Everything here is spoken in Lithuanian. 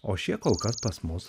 o šie kol kas pas mus